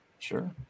Sure